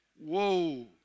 Whoa